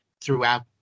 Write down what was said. throughout